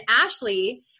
Ashley